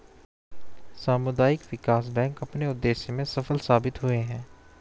सामुदायिक विकास बैंक अपने उद्देश्य में सफल साबित हुए हैं